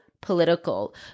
political